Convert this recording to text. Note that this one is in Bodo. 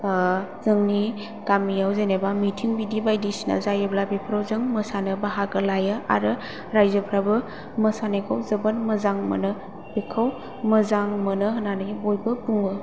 जोंनि गामियाव जेनेबा मिटिं बिदि बायदिसिना जायोब्ला बेफ्राव जों मोसानो बाहागो लायो आरो रायजोफ्राबो मोसानायखौ जोबोर मोजां मोनो बेखौ मोजां मोनो होन्नानै बयबो बुङो